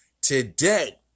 today